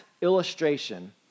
illustration